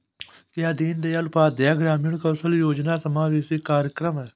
क्या दीनदयाल उपाध्याय ग्रामीण कौशल योजना समावेशी कार्यक्रम है?